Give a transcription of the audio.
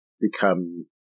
become